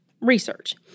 research